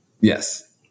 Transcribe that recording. Yes